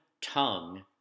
tongue